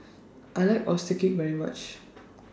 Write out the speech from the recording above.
I like Oyster Cake very much